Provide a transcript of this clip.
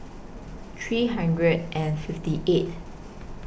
three hundred and fifty eight